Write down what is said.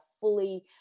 fully